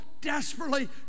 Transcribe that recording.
desperately